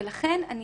ולכן אני